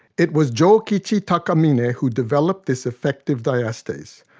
it was jokichi takamine ah who developed this effective diastase,